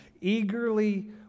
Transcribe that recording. Eagerly